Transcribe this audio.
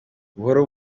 buhoro